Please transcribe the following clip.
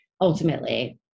ultimately